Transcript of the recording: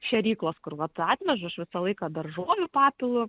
šėryklos kur vat atvežu aš visą laiką daržovių papilu